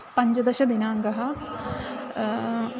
पञ्चदशदिनाङ्कः